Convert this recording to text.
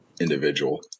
individual